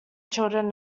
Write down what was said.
children